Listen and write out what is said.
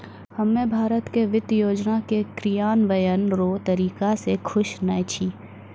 हम्मे भारत के वित्त योजना के क्रियान्वयन रो तरीका से खुश नै छी